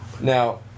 Now